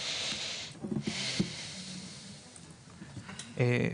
בסדר?